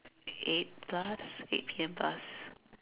eight plus eight P_M plus